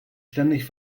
ständig